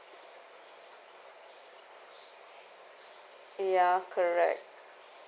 ya correct